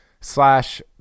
slash